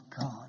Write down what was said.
God